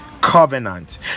covenant